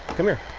come here.